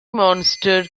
monster